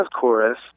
chorus